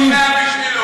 אני שומע בשבילו.